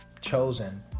chosen